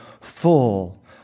full